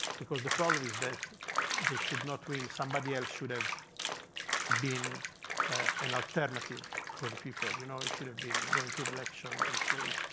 because the problem is that they should not win. somebody else should have been an alternative for the people. you know it should have been going to the election and say,